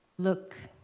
look.